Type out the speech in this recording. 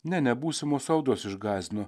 ne ne būsimos audros išgąsdino